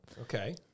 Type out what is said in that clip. Okay